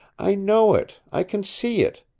i know it. i can see it,